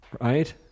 right